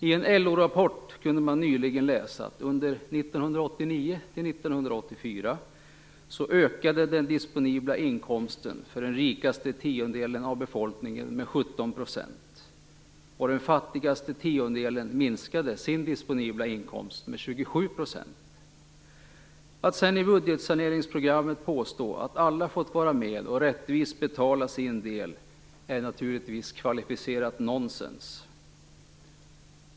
I en LO-rapport kunde man nyligen läsa att under 1989-1994 ökade den disponibla inkomsten för den rikaste tiondelen av befolkningen med 17 %, och den fattigaste tiondelen minskade sin disponibla inkomst med 27 %. Att sedan i budgetsaneringsprogrammet påstå att alla har fått vara med att rättvist betala sin del är naturligtvis kvalificerat nonsens.